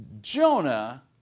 Jonah